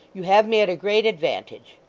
you have me at a great advantage.